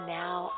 now